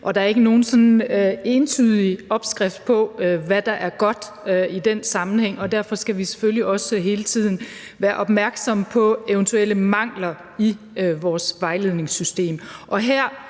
og der er ikke nogen sådan entydig opskrift på, hvad der er godt i den sammenhæng, og derfor skal vi selvfølgelig også hele tiden være opmærksomme på eventuelle mangler i vores vejledningssystem. Her